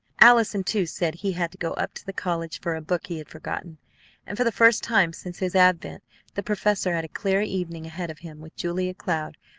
allison, too, said he had to go up to the college for a book he had forgotten and for the first time since his advent the professor had a clear evening ahead of him with julia cloud,